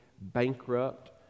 bankrupt